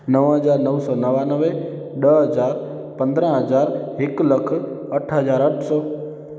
नव हज़ार नौ सौ नवानवें ॾह हज़ार पंद्राहं हज़ार हिकु लख अठ हज़ार अठ सौ